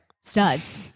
studs